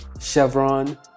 Chevron